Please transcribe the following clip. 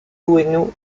gouesnou